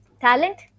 Talent